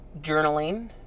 journaling